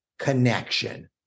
connection